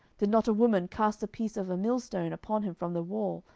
did not a woman cast a piece of a millstone upon him from the wall,